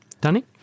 Danny